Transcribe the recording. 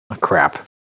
Crap